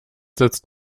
setzt